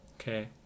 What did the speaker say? Okay